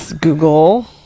Google